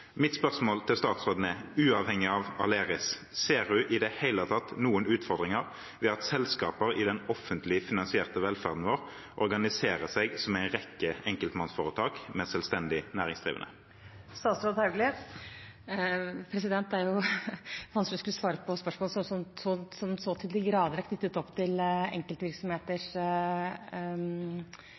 Mitt spørsmål til statsråden er: Uavhengig av Aleris – ser hun i det hele tatt noen utfordringer ved at selskaper i den offentlig finansierte velferden vår organiserer seg som en rekke enkeltpersonforetak med selvstendig næringsdrivende? Det er vanskelig å skulle svare på spørsmål som så til de grader er knyttet opp mot enkeltvirksomheters